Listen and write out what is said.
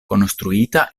konstruita